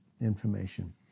information